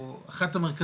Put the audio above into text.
או אחת המרכזיות,